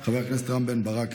חבר הכנסת רם בן ברק,